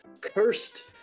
cursed